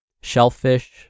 shellfish